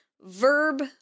verb